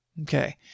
Okay